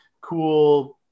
cool